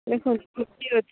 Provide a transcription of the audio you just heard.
ଦେଖନ୍ତୁ ଧୋତି ଅଛି